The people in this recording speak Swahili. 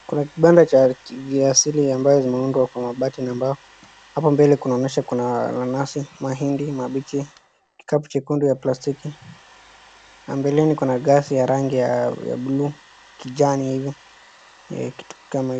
Kuna kibanda cha kiasili ambazo zimeundwa kwa mabati na mbao. Hapo mbele kunaonyeshwa kuna mananasi, mahindi mabichi, kikapu chekundu ya plastiki na mbeleni kuna gesi ya rangi ya buluu kijani hivi kitu kama hiyo.